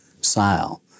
sale